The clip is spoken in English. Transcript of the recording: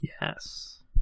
Yes